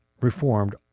Reformed